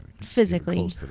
physically